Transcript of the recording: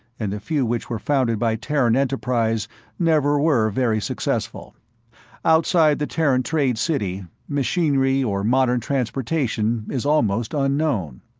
and the few which were founded by terran enterprise never were very successful outside the terran trade city, machinery or modern transportation is almost unknown.